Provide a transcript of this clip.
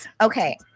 Okay